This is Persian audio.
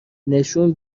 نشون